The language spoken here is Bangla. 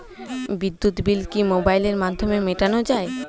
বিদ্যুৎ বিল কি মোবাইলের মাধ্যমে মেটানো য়ায়?